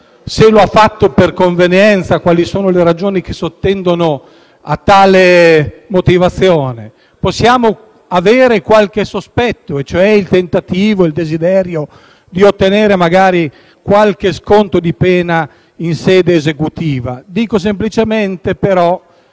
se lo ha fatto per convenienza e quali sono le ragioni che sottendono a tale motivazione. Possiamo avere qualche sospetto, cioè il tentativo e il desiderio di ottenere magari qualche sconto di pena in sede esecutiva, dico semplicemente, però,